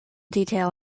detail